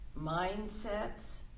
mindsets